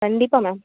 கண்டிப்பாக மேம்